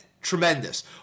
tremendous